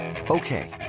Okay